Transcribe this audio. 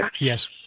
yes